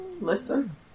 listen